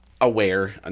aware